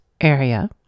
area